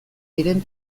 diren